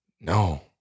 No